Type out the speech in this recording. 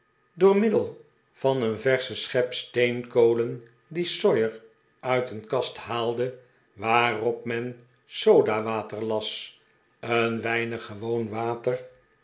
door middel van een verschen schep steenkolen die sawyer uit een kast haalde waarop men sodawater las een weinig gewoon water